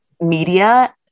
media